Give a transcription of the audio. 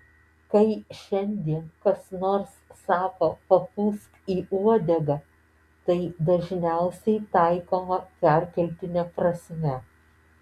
kai šiandien kas nors sako papūsk į uodegą tai dažniausiai taikoma perkeltine prasme